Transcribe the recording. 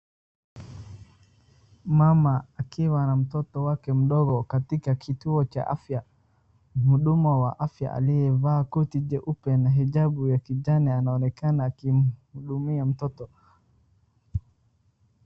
Mama akiwa na mtoto wake mdogo katika kituo cha afya. Mhudumu wa afya aliyevaa koti jeupe na hijabu ya kijani anaonekana akimhudumia mtoto.